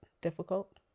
difficult